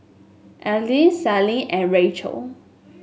Elige Sallie and Rachel